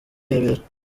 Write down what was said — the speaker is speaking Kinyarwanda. y’ubutabera